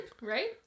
right